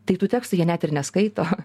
tai tų tekstų jie net ir neskaito